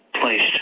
placed